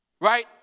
Right